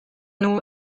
nhw